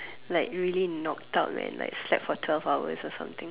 like really knock out man like slept for twelve hours or something